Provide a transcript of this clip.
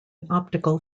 optical